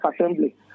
Assembly